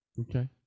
Okay